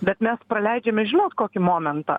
bet mes praleidžiame žinot kokį momentą